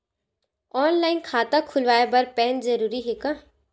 Online खाता खुलवाय बर पैन जरूरी हे का?